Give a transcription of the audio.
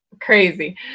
Crazy